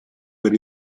per